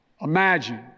Imagine